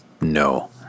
No